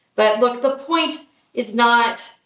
but look, the point is not,